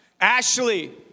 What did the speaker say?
Ashley